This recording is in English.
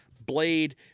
blade